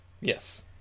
Yes